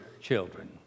children